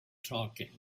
talking